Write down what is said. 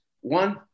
One